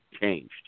changed